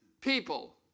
people